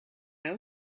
know